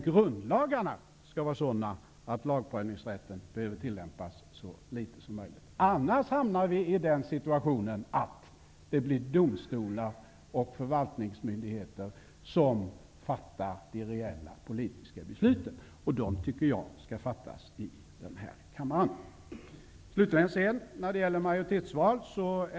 Grundlagarna skall vara sådana att lagprövningsrätten skall tillämpas så litet som möjligt. Annars hamnar vi i en situation där det blir domstolar och förvaltningsmyndigheter som fattar de reella politiska besluten. De besluten skall fattas i denna kammare. Det är bra om vi kan sanera debatten om majoritetsval.